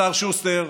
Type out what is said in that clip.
השר שוסטר,